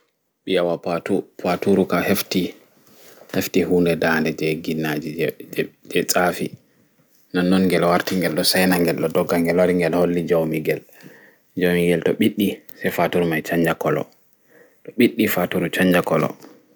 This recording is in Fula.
Biyawa patu Faatuuru ka hefti hunɗe ɗaanɗe jei ginnaaji jei tsaafi nonnon ngel warti ngelɗo saina ngelɗo ɗogga ngel wari ngel holli jaumi ngel maumi ngel to ɓiɗɗi sei Faaturu ka chanja kolo